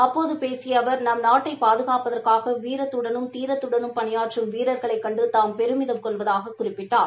அப்போது பேசிய அவர் நம் நாட்டை பாதுகாப்பதற்காக வீரத்துடனும் தீரத்துடனும் பணியாற்றும் வீரர்களைக் கண்டு தாம் பெருமிதம் கொள்வதாகக் குறிப்பிட்டார்